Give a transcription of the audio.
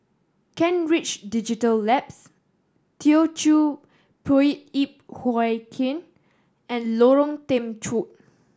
Kent Ridge Digital Labs Teochew Poit Ip Huay Kuan and Lorong Temechut